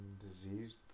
disease